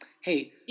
hey